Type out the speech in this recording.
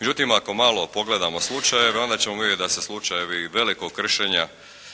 Međutim, ako malo pogledamo slučajeve, onda ćemo vidjeti da se slučajevi i velikog kršenja